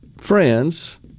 friends